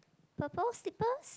purple slippers